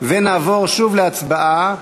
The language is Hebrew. בכל אופן, התוצאה,